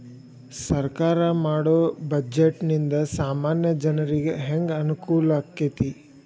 ಸರ್ಕಾರಾ ಮಾಡೊ ಬಡ್ಜೆಟ ನಿಂದಾ ಸಾಮಾನ್ಯ ಜನರಿಗೆ ಹೆಂಗ ಅನುಕೂಲಕ್ಕತಿ?